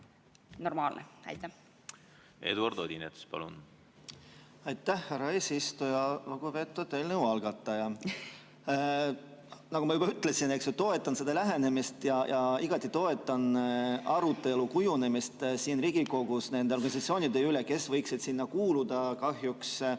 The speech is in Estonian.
Eduard Odinets, palun! Aitäh, härra eesistuja! Lugupeetud eelnõu algataja! Nagu ma juba ütlesin, toetan seda lähenemist ja igati toetan arutelu kujunemist siin Riigikogus nende organisatsioonide üle, kes võiksid sinna kuuluda. Kahjuks